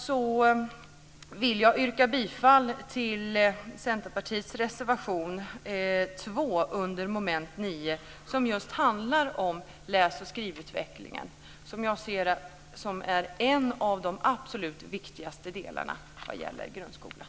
Jag vill slutligen yrka bifall till Centerpartiets reservation 2 under mom. 9. Den handlar om just läs och skrivutvecklingen. Det ser jag som en av de absolut viktigaste delarna vad gäller grundskolan.